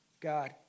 God